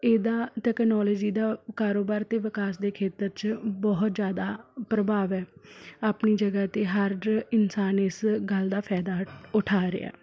ਇਹਦਾ ਤੈਕਨੋਲਜੀ ਦਾ ਕਾਰੋਬਾਰ ਅਤੇ ਵਿਕਾਸ ਦੇ ਖੇਤਰ 'ਚ ਬਹੁਤ ਜ਼ਿਆਦਾ ਪ੍ਰਭਾਵ ਹੈ ਆਪਣੀ ਜਗ੍ਹਾ 'ਤੇ ਹਰ ਇਨਸਾਨ ਇਸ ਗੱਲ ਦਾ ਫਾਇਦਾ ਉਠਾ ਰਿਹਾ